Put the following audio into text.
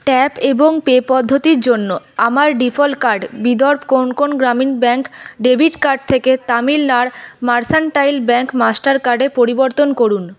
tap এবং pay পদ্ধতির জন্য আমার default card Vidarbha Konkan Gramin bank debit card থেকে তামিলণাড় মার্সান্টাইল ব্যাংক মাস্টার কার্ডে পরিবর্তন করুন